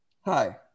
Hi